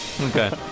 Okay